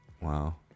Wow